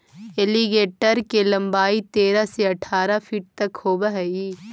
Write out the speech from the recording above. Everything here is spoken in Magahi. एलीगेटर के लंबाई तेरह से अठारह फीट तक होवऽ हइ